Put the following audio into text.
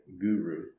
guru